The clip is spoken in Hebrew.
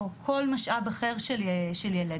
או כל משאב אחר של ילד